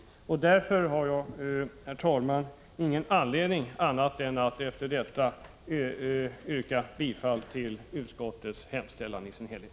Mot den bakgrunden har jag, herr talman, inte anledning att göra något annat än att yrka bifall till utskottets hemställan i dess helhet.